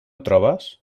trobes